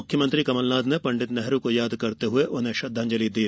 मुख्यमंत्री कमल नाथ ने पंडित नेहरू को याद करते हुए उन्हें श्रद्धांजलि दी